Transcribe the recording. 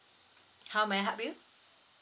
how may I help you